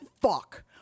fuck